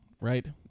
right